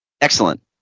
excellent